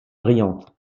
brillante